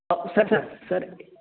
اور sir sir سر